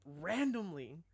randomly